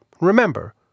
Remember